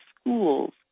schools